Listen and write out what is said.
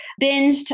Binged